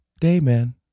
Dayman